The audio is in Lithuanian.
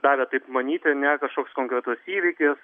davė taip manyti ne kažkoks konkretus įvykis